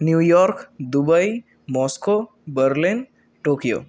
new York Dubai Moscow Berlin Tokyo